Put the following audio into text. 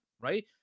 right